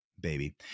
baby